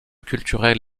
culturel